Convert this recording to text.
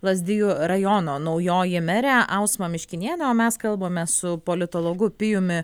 lazdijų rajono naujoji merė ausma miškinienė o mes kalbame su politologu pijumi